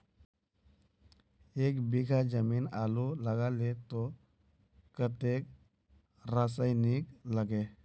एक बीघा जमीन आलू लगाले तो कतेक रासायनिक लगे?